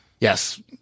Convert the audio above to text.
Yes